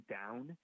down